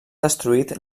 destruït